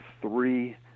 three